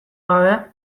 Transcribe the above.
gabe